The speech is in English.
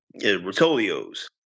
Rotolio's